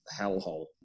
hellhole